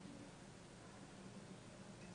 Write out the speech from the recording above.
באשדוד ב